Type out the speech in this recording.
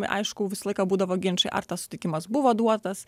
aišku visą laiką būdavo ginčai ar tas sutikimas buvo duotas